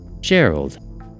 Gerald